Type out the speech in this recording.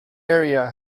area